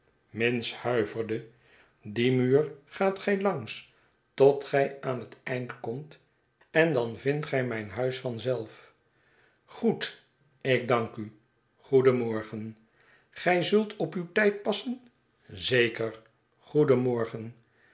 dien muur gaat gij langs tot gij aan het eind komt en dan vindt gij mijn huis van zelf goed ik dank u goedenmorgen gij zultop uw tijd passen zeker goedenmorgen